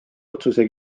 otsuse